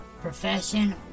Profession